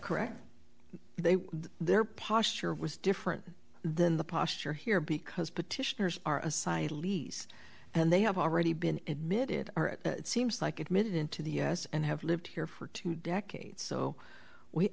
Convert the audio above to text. correct they their posture was different then the posture here because petitioners are a societal lease and they have already been admitted or it seems like admitted into the us and have lived here for two decades so we